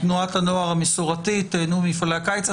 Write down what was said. תנועת הנוער המסורתית, תיהנו ממפעלי הקיץ.